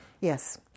yes